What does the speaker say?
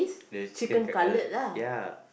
the chicken cutlet ya